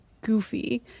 goofy